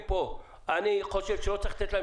זה הטיסות --- אני התאפקתי באחד הסעיפים לשאול באיזו